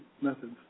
methods